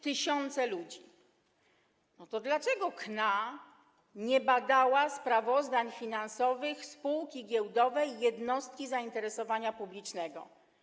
To dlaczego KNA nie badała sprawozdań finansowych spółki giełdowej jednostki zainteresowania publicznego?